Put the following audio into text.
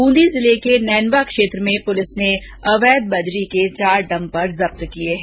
बूंदी जिले के नैनवा क्षेत्र में पुलिस ने अवैध बजरी के चार डंपर जब्त किए हैं